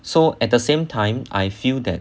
so at the same time I feel that